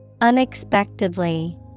unexpectedly